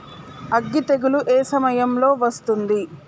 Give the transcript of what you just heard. అగ్గి తెగులు ఏ సమయం లో వస్తుంది?